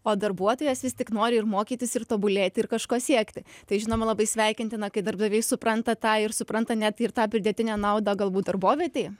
o darbuotojas vis tik nori ir mokytis ir tobulėti ir kažko siekti tai žinoma labai sveikintina kai darbdaviai supranta tą ir supranta net ir tą pridėtinę naudą galbūt darbovietei